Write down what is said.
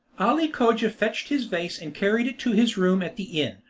ali cogia fetched his vase and carried it to his room at the inn,